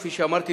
כפי שאמרתי,